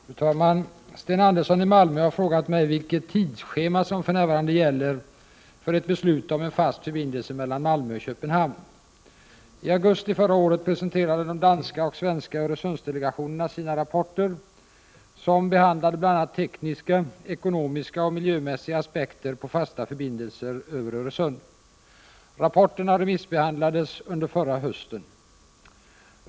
Fru talman! Sten Andersson i Malmö har frågat mig vilket tidsschema som för närvarande gäller för ett beslut om en fast förbindelse mellan Malmö och Köpenhamn. I augusti förra året presenterade de danska och svenska Öresundsdelegationerna sina rapporter, som behandlade bl.a. tekniska, ekonomiska och miljömässiga aspekter på fasta förbindelser över Öresund. Rapporterna remissbehandlades under förra hösten.